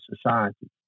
society